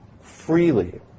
freely